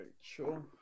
Sure